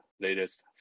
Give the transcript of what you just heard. latest